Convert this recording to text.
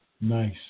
Nice